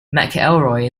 mcelroy